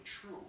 true